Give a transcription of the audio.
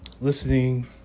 listening